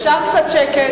אפשר קצת שקט?